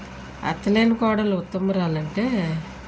అత్తలేని కోడలు ఉత్తమురాలంటే